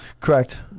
Correct